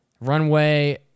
Runway